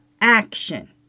action